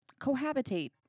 cohabitate